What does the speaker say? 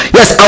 Yes